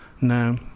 No